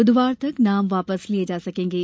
बूधवार तक नाम वापस लिये जा सकेंगे